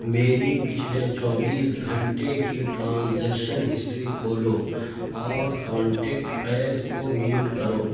میری پچھلے چوبیس گھنٹے کی ٹرانزیکشن ہسٹری کھولو اور کانٹیکٹ فیض کو میوٹ کرو